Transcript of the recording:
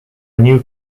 new